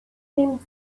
seemed